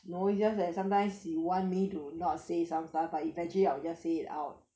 you know you just like sometimes you one may do not say some but eventually I'll just say it out